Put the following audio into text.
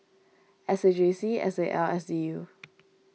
S A J C S A L S U